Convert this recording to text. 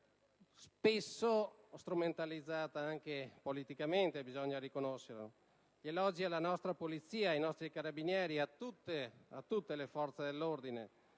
spesso strumentalizzata anche politicamente, bisogna riconoscerlo. Gli elogi vanno alla nostra polizia, ai nostri carabinieri, a tutte le forze dell'ordine